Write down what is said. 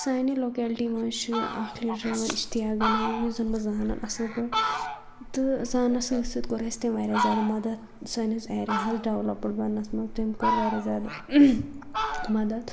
سانہِ لوکیلِٹی منٛز چھِ اکھ لیٖڈر یِوان اِشتَیاق گنایی یُس زن بہٕ زانان اصِل پٲٹھۍ تہٕ زانس سۭتۍ سۭتۍ کوٚر تٔمۍ اسہِ واریاہ زیادِ مدتھ سٲنِس ایریاہس ڈیولاپٕڈ بنٕنس منٛز تم کوٚر واریاہ زیادٕ مدت